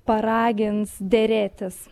paragins derėtis